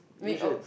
you should